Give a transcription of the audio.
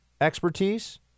expertise